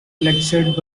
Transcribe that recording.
lectured